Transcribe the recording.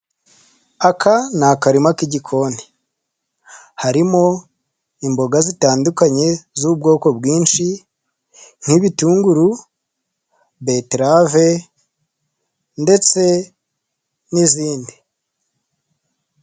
Aka ni akarima k'igikoni, harimo imboga zitandukanye z'ubwoko bwinshi: nk'ibitunguru, beterave ndetse n'izindi.